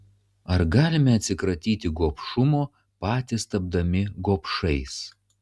ar galime atsikratyti gobšumo patys tapdami gobšais